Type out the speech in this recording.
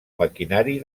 maquinari